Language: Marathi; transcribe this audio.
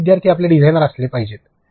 आपले विद्यार्थी आपले डिझाइनर असले पाहिजेत